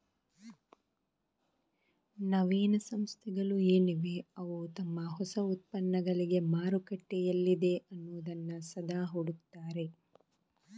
ನವೀನ ಸಂಸ್ಥೆಗಳು ಏನಿವೆ ಅವು ತಮ್ಮ ಹೊಸ ಉತ್ಪನ್ನಗಳಿಗೆ ಮಾರುಕಟ್ಟೆ ಎಲ್ಲಿದೆ ಅನ್ನುದನ್ನ ಸದಾ ಹುಡುಕ್ತಾರೆ